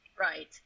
right